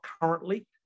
currently